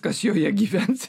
kas joje gyvens